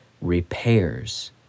repairs